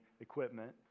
equipment